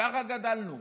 ככה גדלנו,